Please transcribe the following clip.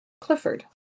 Clifford